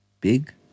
Big